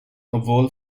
obwohl